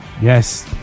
Yes